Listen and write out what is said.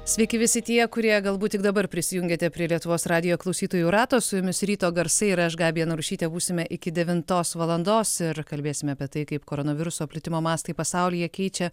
sveiki visi tie kurie galbūt tik dabar prisijungėte prie lietuvos radijo klausytojų rato su jumis ryto garsai ir aš gabija narušytė būsime iki devintos valandos ir kalbėsime apie tai kaip koronaviruso plitimo mastai pasaulyje keičia